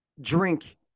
drink